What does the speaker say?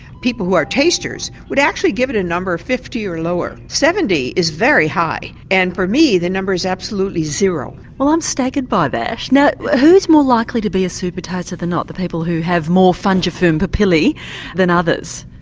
people who are tasters would actually give it a number of fifty or lower, seventy is very high and for me the number is absolutely zero. well i'm staggered by that. who is more likely to be a supertaster than not the people who have more fungiform papillae than others?